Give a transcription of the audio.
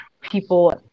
people